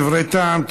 דברי טעם.